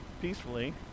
peacefully